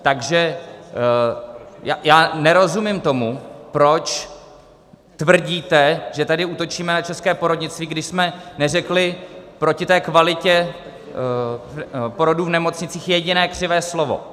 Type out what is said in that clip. Takže já nerozumím tomu, proč tvrdíte, že tady útočíme na české porodnictví, když jsme neřekli proti kvalitě porodů v nemocnicích jediné křivé slovo.